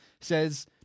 says